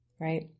Right